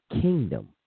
kingdom